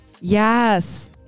Yes